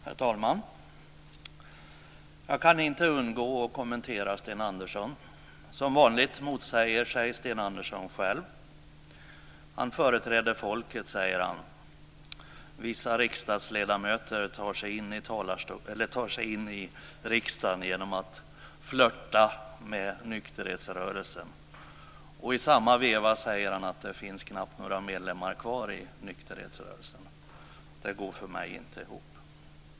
Herr talman! Jag kan inte undgå att kommentera Sten Andersson. Som vanligt motsäger Sten Andersson sig själv. Han säger att han företräder folket. Vissa riksdagsledamöter tar sig in i riksdagen genom att flörta med nykterhetsrörelsen. I samma veva säger han att det knappt finns några medlemmar kvar i nykterhetsrörelsen. Detta går för mig inte ihop.